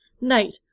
night